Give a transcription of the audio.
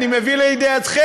אני מביא לידיעתכם.